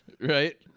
Right